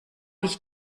ich